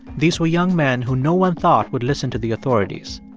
these were young men who no one thought would listen to the authorities.